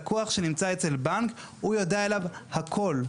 לקוח שנמצא אצל בנק הוא יודע עליו הכל.